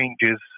changes